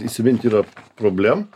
įsimint yra problemų